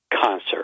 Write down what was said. concert